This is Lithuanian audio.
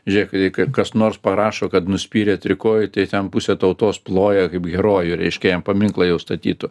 žiūrėk kai kas nors parašo kad nuspyrė trikojį tai ten pusė tautos ploja kaip herojui reiškia jam paminklą jau statytų